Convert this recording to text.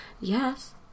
yes